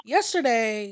Yesterday